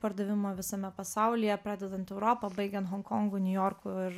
pardavimo visame pasaulyje pradedant europa baigian honkongu niujorku ir